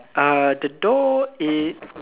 uh the door it